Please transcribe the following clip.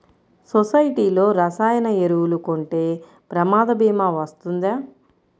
సొసైటీలో రసాయన ఎరువులు కొంటే ప్రమాద భీమా వస్తుందా?